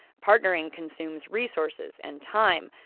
partnering consumes resources and time.